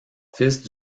fils